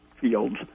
fields